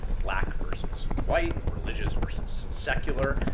black versus white, religious versus secular,